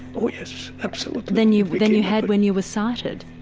oh yes, absolutely. than you than you had when you were sighted.